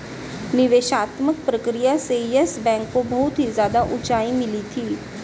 निवेशात्मक प्रक्रिया से येस बैंक को बहुत ही ज्यादा उंचाई मिली थी